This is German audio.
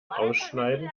ausschneiden